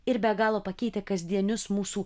ir be galo pakeitę kasdienius mūsų